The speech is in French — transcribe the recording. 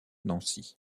nancy